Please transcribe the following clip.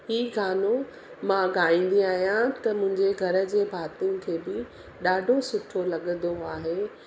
हीअ गानो मां ॻाईंदी आहियां त मुंहिंजे घर जे भातिन खे बि ॾाढो सुठो लॻंदो आहे